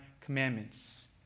commandments